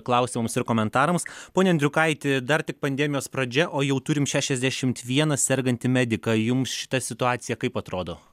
klausimams ir komentarams pone andriukaiti dar tik pandemijos pradžia o jau turim šešiasdešimt vieną sergantį mediką jums šita situacija kaip atrodo